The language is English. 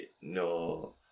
No